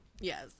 yes